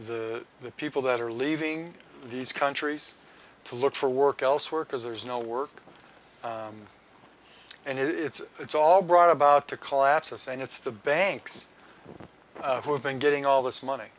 the the people that are leaving these countries to look for work elsewhere because there's no work and it's all brought about to collapse us and it's the banks who have been getting all this money